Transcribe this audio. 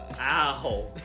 Ow